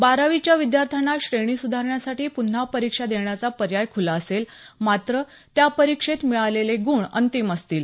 बारावीच्या विद्यार्थ्यांना श्रेणीसुधारण्यासाठी प्न्हा परीक्षा देण्याचा पर्याय खुला असेल मात्र त्या परीक्षेत मिळालेले गुण अंतिम असतील